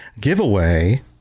giveaway